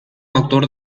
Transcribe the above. actor